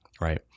right